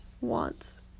wants